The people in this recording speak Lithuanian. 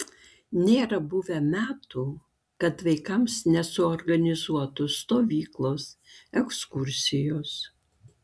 nėra buvę metų kad vaikams nesuorganizuotų stovyklos ekskursijos